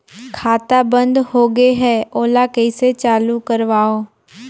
खाता बन्द होगे है ओला कइसे चालू करवाओ?